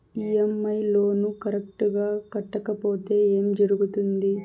EMI loan correct గా కట్టకపోతే ఏం జరుగుతుంది